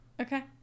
Okay